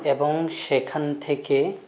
এবং সেখান থেকে